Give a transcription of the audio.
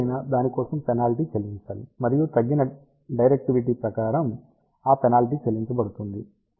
ఏదేమైనా దాని కోసం పెనాల్టీ చెల్లించాలి మరియు తగ్గిన డైరెక్టివిటీ ప్రకారం ఆ పెనాల్టీ చెల్లించబడుతుంది